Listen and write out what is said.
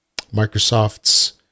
Microsoft's